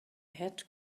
had